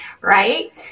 Right